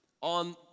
on